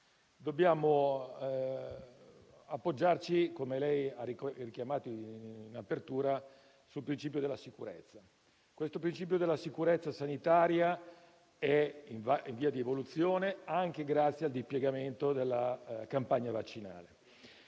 dobbiamo appoggiarci - come lei ha richiamato nell'apertura del suo intervento - al principio della sicurezza. Questo principio della sicurezza sanitaria è in via di evoluzione anche grazie al dispiegamento della campagna vaccinale.